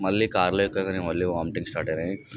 మళ్ళీ కార్లో ఎక్కగానే మళ్ళీ వామితింగ్స్ స్టార్ట్ అయినాయి